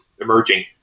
emerging